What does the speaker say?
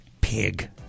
pig